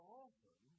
often